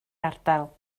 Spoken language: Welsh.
ardal